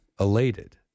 elated